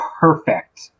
Perfect